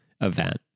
event